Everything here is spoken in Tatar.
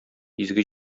изге